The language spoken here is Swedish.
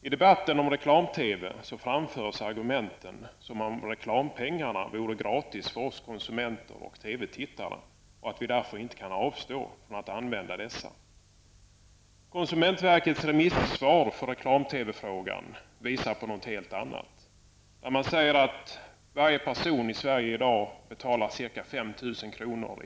I debatten om reklam-TV framförs argumenten som om reklamen vore gratis för oss konsumenter och TV-tittare och att vi därför inte kan avstå från att använda de pengar det här är fråga om. TV-frågan visar något helt annat. Man säger att varje person i Sverige i dag betalar ca 5 000 kr.